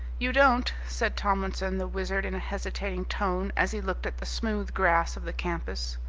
you don't said tomlinson the wizard in a hesitating tone as he looked at the smooth grass of the campus,